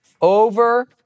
over